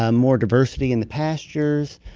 ah more diversity in the pastures.